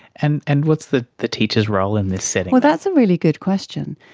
and and what's the the teacher's role in this setting? well, that's a really good question.